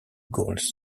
goals